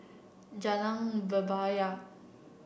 Jalan Bebaya